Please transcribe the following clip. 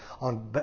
on